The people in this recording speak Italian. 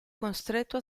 costretto